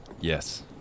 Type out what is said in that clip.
Yes